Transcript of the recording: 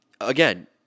again